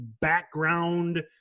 background